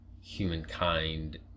humankind